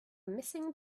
missing